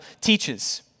teaches